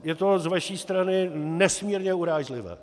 Je to z vaší strany nesmírně urážlivé.